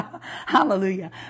hallelujah